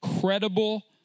credible